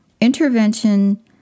Intervention